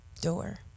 door